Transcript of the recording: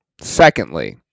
Secondly